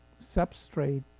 substrate